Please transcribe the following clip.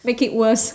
make it worse